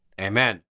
amen